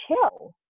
chill